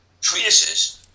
treatises